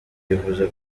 yifuza